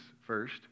first